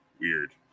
weird